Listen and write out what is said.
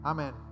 Amen